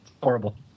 horrible